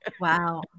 Wow